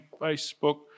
Facebook